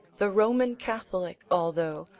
the roman catholic, although,